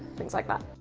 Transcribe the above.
things like that.